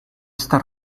esta